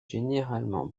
généralement